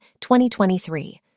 2023